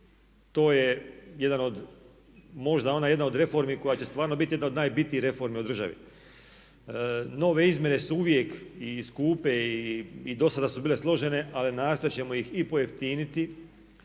možda ona jedna od reformi koja će stvarno biti jedna od najbitnijih reformi u državi. Nove izmjene su uvijek i skupe i dosada su bile složene ali nastojat ćemo ih i pojeftiniti